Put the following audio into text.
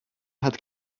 had